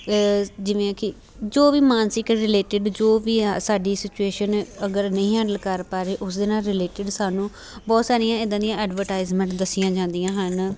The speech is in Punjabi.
ਜਿਵੇਂ ਕਿ ਜੋ ਵੀ ਮਾਨਸਿਕ ਰਿਲੇਟਡ ਜੋ ਵੀ ਆ ਸਾਡੀ ਸਿਚੁਏਸ਼ਨ ਅਗਰ ਨਹੀਂ ਹੈਂਡਲ ਕਰ ਪਾ ਰਹੇ ਉਸ ਦੇ ਨਾਲ ਰਿਲੇਟਡ ਸਾਨੂੰ ਬਹੁਤ ਸਾਰੀਆਂ ਇੱਦਾਂ ਦੀਆਂ ਐਡਵਰਟਾਈਜਮੈਂਟ ਦੱਸੀਆਂ ਜਾਂਦੀਆਂ ਹਨ